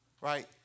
right